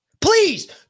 please